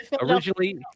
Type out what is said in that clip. originally